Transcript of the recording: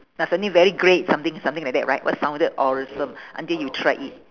definitely very great something something like that right what sounded awesome until you tried it